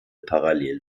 parallel